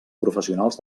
professionals